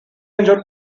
enjoyed